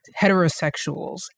heterosexuals